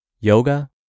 yoga